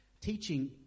Teaching